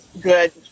good